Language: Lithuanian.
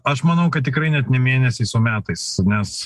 aš manau kad tikrai net ne mėnesiais o metais nes